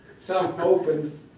some open